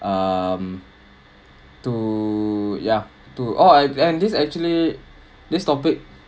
um to ya to all and and this actually this topic